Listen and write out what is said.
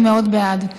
אני מאוד בעד.